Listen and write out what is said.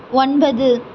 ஒன்பது